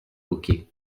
hockey